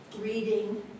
reading